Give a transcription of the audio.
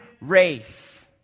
race